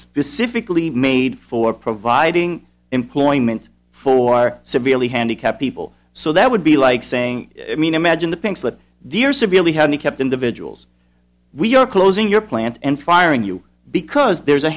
specifically made for providing employment for our severely handicapped people so that would be like saying i mean imagine the pink slip the are severely handicapped individuals we are closing your plant and firing you because there's a